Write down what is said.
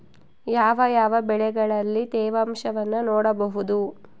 ಯಾವ ಯಾವ ಬೆಳೆಗಳಲ್ಲಿ ತೇವಾಂಶವನ್ನು ನೋಡಬಹುದು?